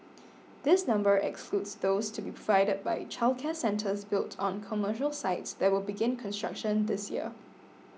this number excludes those to be provided by childcare centres built on commercial sites that will begin construction this year